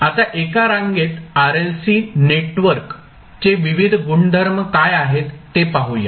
आता एका रांगेत RLC नेटवर्क चे विविध गुणधर्म काय आहेत ते पाहूया